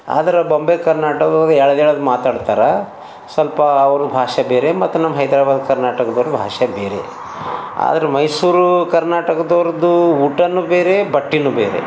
ಆದ್ರೆ ಬಾಂಬೈ ಕರ್ನಾಟಕ ಎಳ್ದು ಎಳ್ದು ಮಾತಾಡ್ತಾರ ಸ್ವಲ್ಪ ಅವರು ಭಾಷೆ ಬೇರೆ ಮತ್ತು ನಮ್ಮ ಹೈದರಾಬಾದ್ ಕರ್ನಾಟಕ್ದವ್ರ ಭಾಷೆ ಬೇರೆ ಆದ್ರೆ ಮೈಸೂರು ಕರ್ನಾಟಕದವರದ್ದು ಊಟನು ಬೇರೆ ಬಟ್ಟೇನೂ ಬೇರೆ